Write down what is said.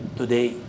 today